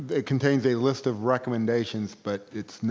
it contains a list of recommendations but it's not,